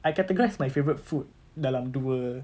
I categorize my favourite food dalam dua